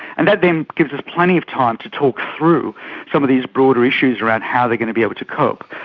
and that then gives us plenty of time to talk through some of these broader issues around how they are going to be able to cope.